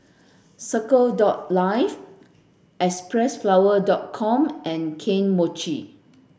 Circle dot Life Xpressflower dot com and Kane Mochi